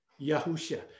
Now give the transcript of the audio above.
Yahusha